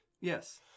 Yes